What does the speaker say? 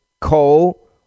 coal